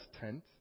tent